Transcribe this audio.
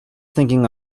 thinking